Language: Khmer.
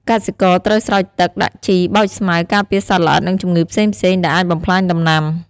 កសិករត្រូវស្រោចទឹក ដាក់ជី បោចស្មៅ ការពារសត្វល្អិត និងជំងឺផ្សេងៗ ដែលអាចបំផ្លាញដំណាំ។